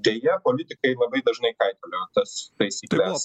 deja politikai labai dažnai kaitalioja tas taisykles